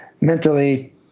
mentally